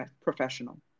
professional